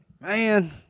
man